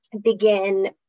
begin